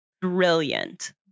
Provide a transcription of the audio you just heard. brilliant